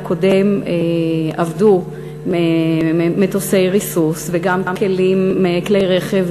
הקודם עבדו בשטח מטוסי ריסוס וגם כלי רכב,